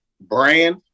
brand